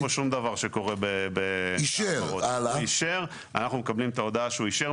ברגע שהוא אישר אנחנו מקבלים את ההודעה שהוא אישר,